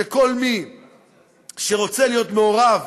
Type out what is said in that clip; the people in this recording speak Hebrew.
שכל מי שרוצה להיות מעורב